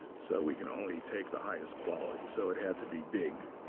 so we can only take the highest quality, so it had to be big.